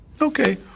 Okay